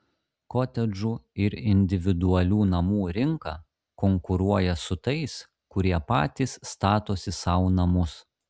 kotedžų ir individualių namų rinka konkuruoja su tais kurie patys statosi sau namus